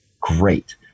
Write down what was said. great